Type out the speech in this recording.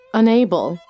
unable